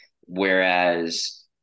Whereas